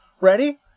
Ready